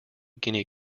guinea